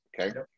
Okay